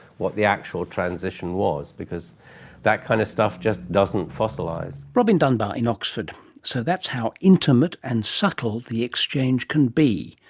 what the actual transition was, because that kind of stuff just doesn't fossilise. robin dunbar in oxford. so that's how intimate and subtle the exchange can be.